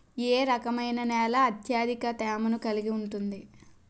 ఏ రకమైన నేల అత్యధిక తేమను కలిగి ఉంటుంది?